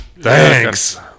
thanks